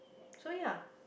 so ya